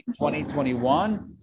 2021